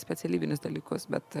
specialybinius dalykus bet